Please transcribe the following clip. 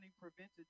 prevented